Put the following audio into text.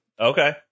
Okay